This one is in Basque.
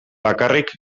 bakarrik